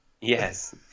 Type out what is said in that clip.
yes